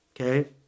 okay